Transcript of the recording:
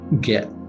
get